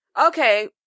Okay